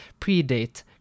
predate